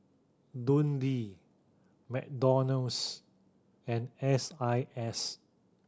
Dundee McDonald's and S I S